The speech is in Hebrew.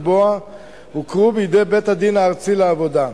לקבוע הוכרו בבית-הדין הארצי לעבודה.